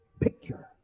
picture